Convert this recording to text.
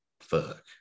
fuck